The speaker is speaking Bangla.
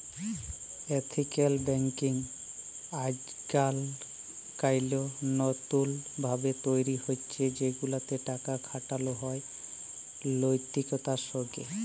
এথিক্যাল ব্যাংকিং আইজকাইল লতুল ভাবে তৈরি হছে সেগুলাতে টাকা খাটালো হয় লৈতিকতার সঙ্গে